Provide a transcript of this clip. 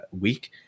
week